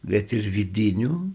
bet ir vidinių